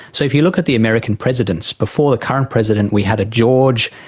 so if you look at the american presidents, before the current president we had a george,